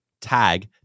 Tag